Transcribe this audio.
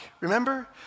remember